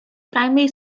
primary